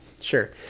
sure